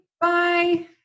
Bye